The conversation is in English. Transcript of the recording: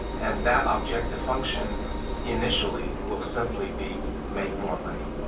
and that objective function initially will simply be, make more money.